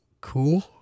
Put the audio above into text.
cool